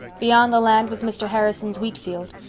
beyond the land was mr. harrison's wheatfield,